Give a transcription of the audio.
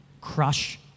crush